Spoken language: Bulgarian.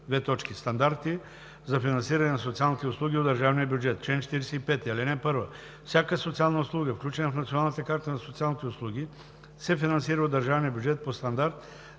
чл. 45: „Стандарти за финансиране на социалните услуги от държавния бюджет Чл. 45. (1) Всяка социална услуга, включена в Националната карта на социалните услуги, се финансира от държавния бюджет по стандарт